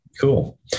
Cool